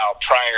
prior